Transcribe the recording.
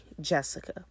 Jessica